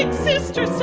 and sister so